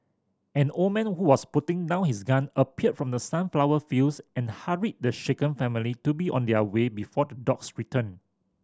an old man who was putting down his gun appeared from the sunflower fields and hurried the shaken family to be on their way before the dogs return